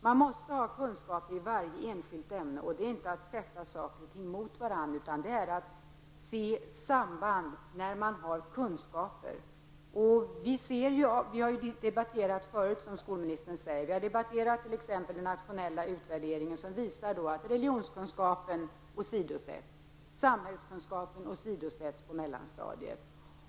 Man måste ha kunskaper i varje enskilt ämne, och det innebär inte att skapa en motsättning, utan det är fråga om att ha kunskaper för att se samband. Vi har, som skolministern sade, tidigare debatterat dessa frågor. Vi har t.ex. diskuterat den nationella utvärdering som visat att religionskunskap och samhällskunskap åsidosatts på mellanstadiet.